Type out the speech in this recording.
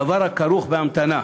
דבר הכרוך בהמתנה.